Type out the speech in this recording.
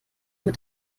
mit